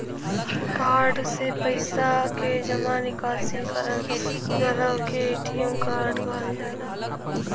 card से पइसा के जमा निकासी करल जाला ओके ए.टी.एम कार्ड कहल जाला